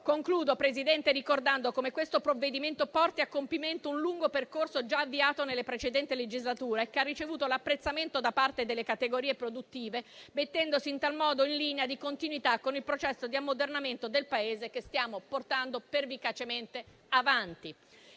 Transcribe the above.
Concludo, Presidente, ricordando come questo provvedimento porti a compimento un lungo percorso già avviato nelle precedenti legislature e che ha ricevuto l'apprezzamento da parte delle categorie produttive mettendosi in tal modo in linea di continuità con il processo di ammodernamento del Paese che stiamo portando pervicacemente avanti.